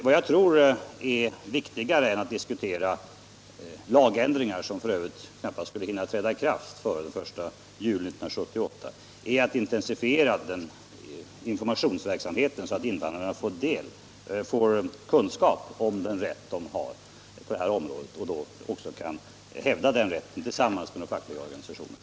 Vad jag tror är viktigare att diskutera än lagändringar, som f. ö. knappast hinner träda i kraft före den 1 juli 1978, är att intensifiera informationsverksamheten, så att invandrarna får kännedom om den rätt de har på det här området och även kunskap om att de kan kräva den rätten tillsammans med de fackliga organisationerna.